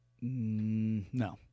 No